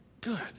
good